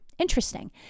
Interesting